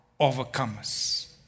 overcomers